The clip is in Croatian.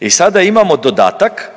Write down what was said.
I sada imamo dodatak